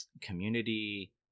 community